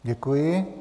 Děkuji.